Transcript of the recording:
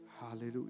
Hallelujah